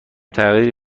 تغییری